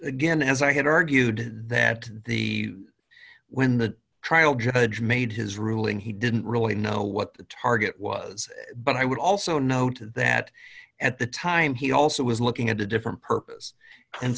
again as i had argued that the when the trial judge made his ruling he didn't really know what the target was but i would also note that at the time he also was looking at a different purpose and